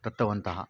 दत्तवन्तः